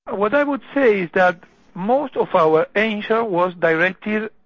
what i would say that most of our anger was directed